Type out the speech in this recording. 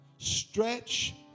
stretch